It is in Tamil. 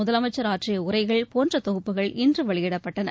முதலமைச்சர் ஆற்றிய உரைகள் போன்ற தொகுப்புகள் இன்று வெளியிடப்பட்டன